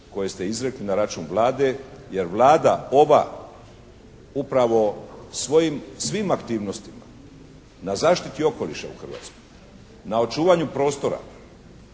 koje ste izrekli na račun Vlade jer Vlada ova upravo svojim svim aktivnostima na zaštiti okoliša u Hrvatskoj, na očuvanju prostora,